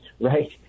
right